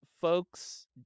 folks